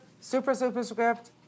super-superscript